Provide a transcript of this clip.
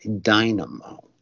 dynamo